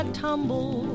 tumble